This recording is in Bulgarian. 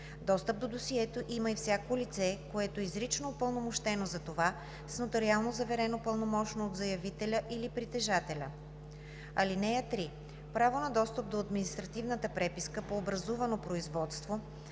Достъп до досието има и всяко лице, което е изрично упълномощено за това с нотариално заверено пълномощно от заявителя или притежателя. (3) Право на достъп до административната преписка по образувано производство